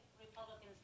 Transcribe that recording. Republicans